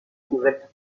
couverte